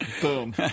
Boom